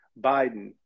Biden